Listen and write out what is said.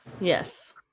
Yes